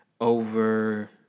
over